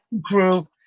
group